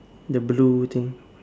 the blue thing